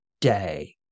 day